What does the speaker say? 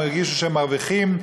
הם הרגישו שהם מרוויחים.